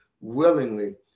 willingly